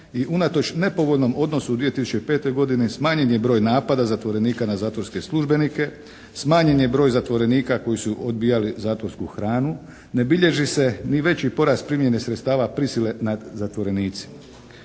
unatoč nepovoljnom odnosu u 2005. godini smanjen je broj napada zatvorenika na zatvorske službenike. Smanjen je broj zatvorenika koji su odbijali zatvorsku hranu. Ne bilježi se ni veći porast primjene sredstava prisile nad zatvorenicima.